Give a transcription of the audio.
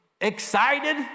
excited